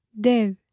Dev